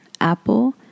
apple